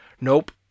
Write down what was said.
Nope